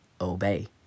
obey